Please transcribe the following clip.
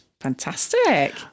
Fantastic